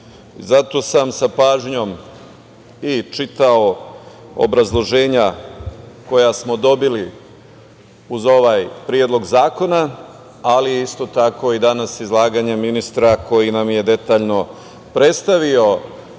sam sa pažnjom i čitao obrazloženja koja smo dobili uz ovaj predlog zakona, ali isto tako i danas izlaganje ministra koji nam je detaljno predstavio